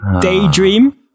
daydream